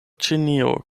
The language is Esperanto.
ĉinio